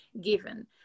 given